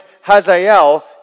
Hazael